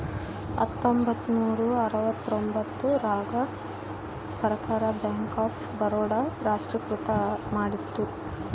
ಹತ್ತೊಂಬತ್ತ ನೂರ ಅರವತ್ತರ್ತೊಂಬತ್ತ್ ರಾಗ ಭಾರತ ಸರ್ಕಾರ ಬ್ಯಾಂಕ್ ಆಫ್ ಬರೋಡ ನ ರಾಷ್ಟ್ರೀಕೃತ ಮಾಡಿತು